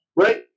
right